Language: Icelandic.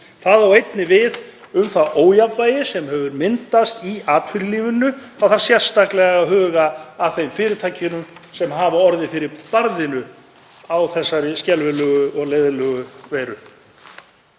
Það á einnig við um það ójafnvægi sem hefur myndast í atvinnulífinu. Þá þarf sérstaklega að huga að þeim fyrirtækjum sem hafa orðið fyrir barðinu á þessari skelfilegu og leiðinlegu veiru.